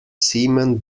seaman